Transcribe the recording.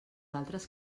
altres